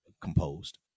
composed